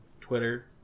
Twitter